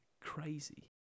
crazy